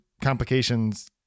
complications